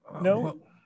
no